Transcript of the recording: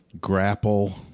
grapple